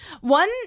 One